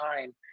time